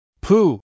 Pooh